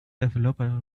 developer